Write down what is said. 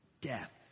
death